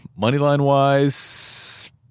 Moneyline-wise